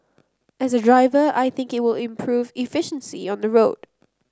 as a driver I think it will improve efficiency on the road